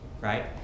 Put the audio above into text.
right